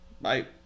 Bye